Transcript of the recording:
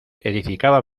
edificaba